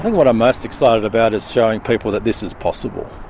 what i'm most excited about is showing people that this is possible.